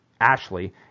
ashley